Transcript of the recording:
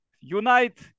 Unite